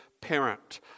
parent